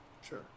Sure